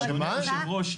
--- אדוני היושב-ראש,